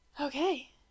Okay